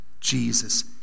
Jesus